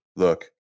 Look